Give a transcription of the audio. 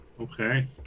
Okay